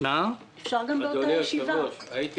הייתי